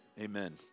amen